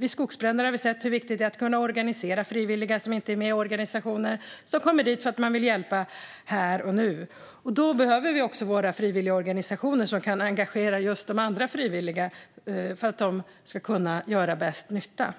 Vid skogsbränder har vi sett hur viktigt det är att kunna organisera frivilliga som inte är med i organisationer och som kommer dit för att de vill hjälpa där och då. Då behöver vi våra frivilligorganisationer, som kan engagera andra frivilliga för att de ska kunna göra bäst nytta.